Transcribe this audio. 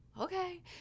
Okay